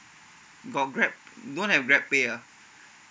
got grab don't have grab pay ah